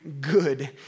good